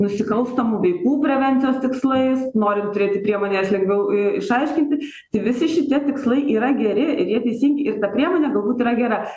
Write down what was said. nusikalstamų veikų prevencijos tikslais norint turėti priemones lengviau išaiškinti tai visi šitie tikslai yra geri jie teisingi ir ta priemonė galbūt yra geras